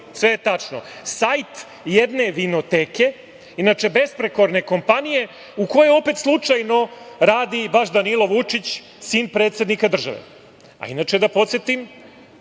sve je tačno, sajt jedne vinoteke, inače besprekorne kompanije, u kojoj opet slučajno radi baš Danilo Vučić, sin predsednika države. A inače da podsetim